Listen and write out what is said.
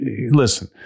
listen